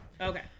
Okay